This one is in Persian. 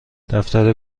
دفتر